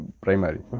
primary